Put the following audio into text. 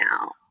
now